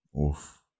Oof